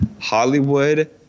Hollywood